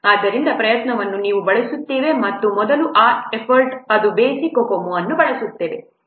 ಆದ್ದರಿಂದ ಪ್ರಯತ್ನವನ್ನು ನಾವು ಬಳಸುತ್ತೇವೆ ನಾವು ಮೊದಲು ಈ ಎಫರ್ಟ್ ಆದ ಬೇಸಿಕ್ COCOMO ಅನ್ನು ಬಳಸುತ್ತೇವೆ